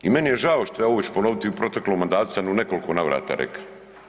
I meni je žao što je, ovo ću ponoviti i u proteklom mandatu sam u nekoliko navrata reka.